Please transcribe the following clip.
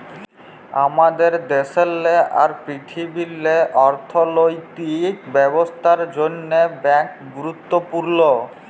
আমাদের দ্যাশেল্লে আর পীরথিবীল্লে অথ্থলৈতিক ব্যবস্থার জ্যনহে ব্যাংক গুরুত্তপুর্ল